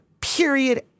period